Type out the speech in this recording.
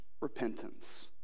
repentance